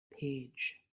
page